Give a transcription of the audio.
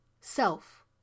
self